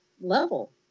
level